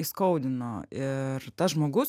įskaudino ir tas žmogus